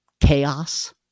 chaos